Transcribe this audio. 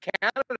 Canada